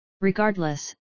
Regardless